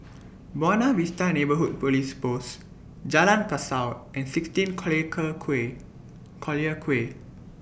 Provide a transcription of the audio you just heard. Buona Vista Neighbourhood Police Post Jalan Kasau and sixteen Collyer Quay Collyer Quay